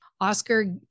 Oscar